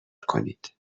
کنید